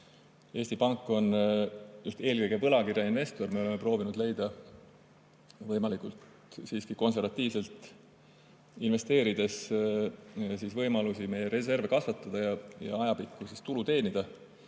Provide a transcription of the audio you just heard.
Eesti Pank on just eelkõige võlakirjainvestor. Me oleme proovinud leida võimalikult konservatiivselt investeerides võimalusi meie reserve kasvatada ja ajapikku tulu teenida.